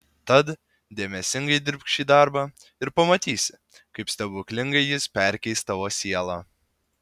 tad dėmesingai dirbk šį darbą ir pamatysi kaip stebuklingai jis perkeis tavo sielą